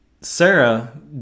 Sarah